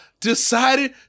decided